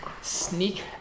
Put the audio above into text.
Sneak